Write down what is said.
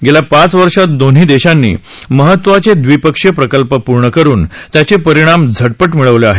गेल्या पाच वर्षात दोन्ही देशांनी महत्वाचे दविपक्षीय प्रकल्प पूर्ण करुन त्याचे परिणाम झटपट मिळवले आहेत